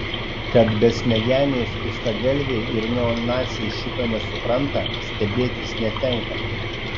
kad besmegeniai skustagalviai ir neonaciai šito nesupranta stebėtis netenka